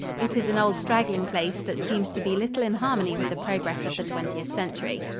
it is an old, straggling place that seems to be little in harmony with the progress of the twentieth century.